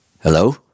Hello